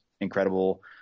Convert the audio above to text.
incredible